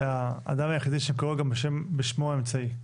האדם היחידי שאני קורא גם בשמו האמצעי.